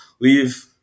leave